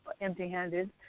empty-handed